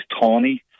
tawny